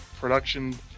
production